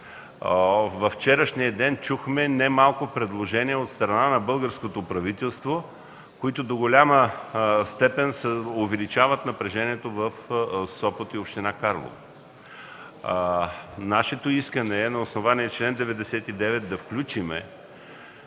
Във вчерашния ден чухме немалко предложения от страна на българското правителство, които до голяма степен увеличават напрежението в Сопот и община Карлово. Нашето искане е на основание чл. 99 да включим